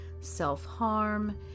self-harm